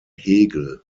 hegel